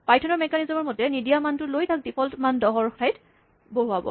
পাইথনৰ মেকানিছম মতে নিদিয়া মানটো লৈ তাক ডিফল্ট মান ১০ ৰ ঠাইত বহুৱাব